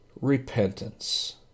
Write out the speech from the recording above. repentance